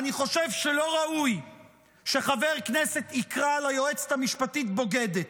אני חושב שלא ראוי שחבר כנסת יקרא ליועצת המשפטית "בוגדת",